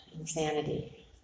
insanity